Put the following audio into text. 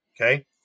Okay